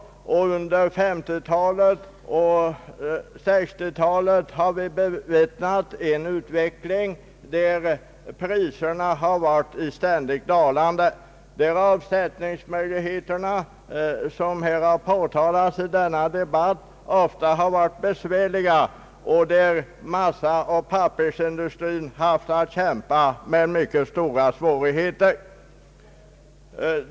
Under 1950 och 1960-talen har vi bevittnat en utveckling där priserna har varit i ständigt dalande, där avsättningsmöjligheterna — vilket har påtalats i denna debatt — ofta har varit besvärliga, och där massaoch pappersindustrin har haft att kämpa med mycket stora svårigheter.